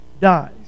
dies